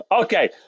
Okay